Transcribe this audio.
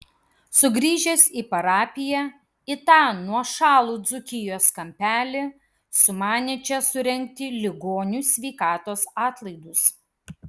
sugrįžęs į parapiją į tą nuošalų dzūkijos kampelį sumanė čia surengti ligonių sveikatos atlaidus